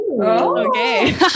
Okay